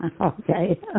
Okay